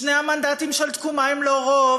שני המנדטים של תקומה הם לא רוב,